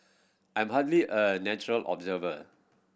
I am hardly a neutral observer